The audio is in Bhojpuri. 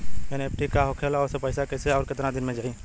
एन.ई.एफ.टी का होखेला और ओसे पैसा कैसे आउर केतना दिन मे जायी?